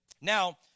Now